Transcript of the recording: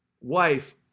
wife